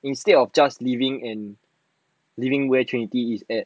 instead of just leaving where trinity is at